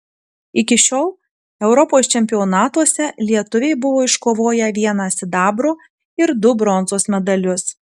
iki šiol europos čempionatuose lietuviai buvo iškovoję vieną sidabro ir du bronzos medalius